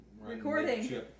recording